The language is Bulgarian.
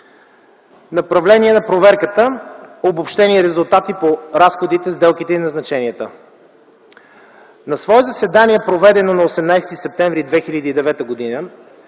Направление на проверката. Обобщени резултати по разходите, сделките и назначенията. На свое заседание, проведено на 18 септември 2009 г.,